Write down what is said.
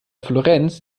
florenz